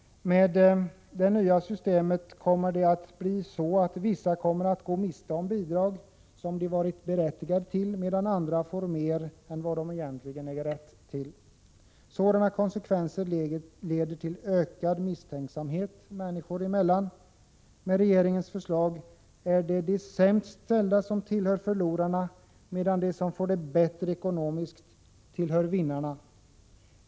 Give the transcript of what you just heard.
Med det nya systemet kommer det att bli så att vissa kommer att gå miste om bidrag som de varit berättigade till medan andra får mer än vad de egentligen äger rätt till. Sådana konsekvenser leder till ökad misstänksamhet människor emellan. Med regeringens förslag är det de sämst ställda som tillhör förlorarna, medan de som får det bättre ekonomiskt tillhör vinnarna.